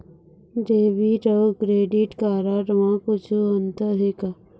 Debit अऊ credit card म कुछू अंतर हे का?